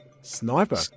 Sniper